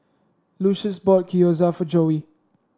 Lucious bought Gyoza for Joey